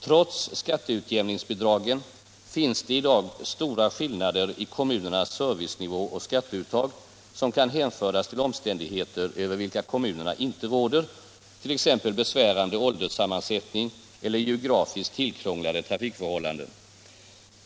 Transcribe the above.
Trots skatteutjämningsbidragen finns det i dag stora skillnader i kommunernas servicenivå och skatteuttag som kan hänföras till omständigheter över vilka kommunerna inte råder, t.ex. besvärande ålderssammansättning eller geografiskt tillkrånglade trafikförhållanden.